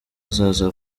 azaza